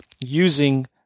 using